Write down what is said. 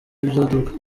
ibyaduka